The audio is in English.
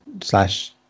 slash